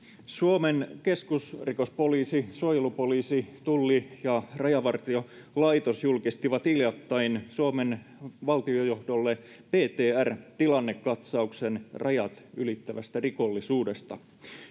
suomen keskusrikospoliisi suojelupoliisi tulli ja rajavartiolaitos julkistivat hiljattain suomen valtiojohdolle ptr tilannekatsauksen rajat ylittävästä rikollisuudesta